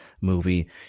movie